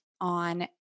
on